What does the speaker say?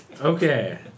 Okay